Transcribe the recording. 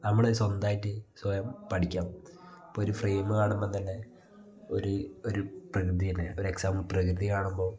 നമ്മൾ സ്വന്തമായിട്ട് സ്വയം പഠിക്കാം ഇപ്പോൾ ഒരു ഫ്രെയിമ് കാണുമ്പം തന്നെ ഒരു ഒരു പ്രകൃതിയിനെ ഒരു എക്സാം പ്രകൃതി കാണുമ്പോൾ